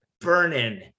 burning